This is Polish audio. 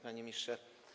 Panie Ministrze!